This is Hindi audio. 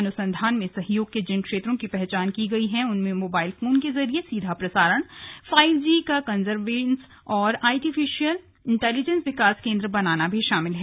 अनुसंधान में सहयोग के जिन क्षेत्रों की पहचान की गई है उनमें मोबाइल फोन के जरिये सीधा प्रसारण फाइव जी का कन्वर्जेन्स और आर्टिफिशियल इंटेलीजेंस विकास केन्द्र बनाना भी शामिल हैं